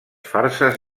farses